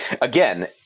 again